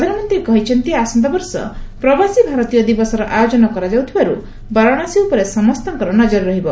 ପ୍ରଧାନମନ୍ତ୍ରୀ କହିଛନ୍ତି ଆସନ୍ତା ବର୍ଷ ପ୍ରବାସୀ ଭାରତୀୟ ଦିବସର ଆୟୋଜନ କରାଯାଉଥିବାର୍ ବାରାଣାସୀ ଉପରେ ସମସ୍ତଙ୍କର ନଜର ରହିବ